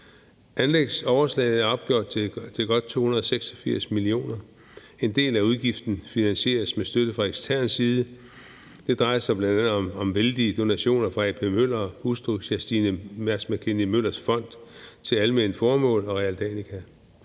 Anlægsoverslaget er opgjort til godt 286 mio. kr. En del af udgiften finansieres med støtte ekstern side. Det drejer sig bl.a. om vældige donationer fra A.P. Møller og Hustru Chastine Mc-Kinney Møllers Fond til almene Formaal og fra Realdania.